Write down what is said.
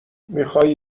میخوای